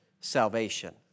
salvation